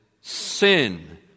sin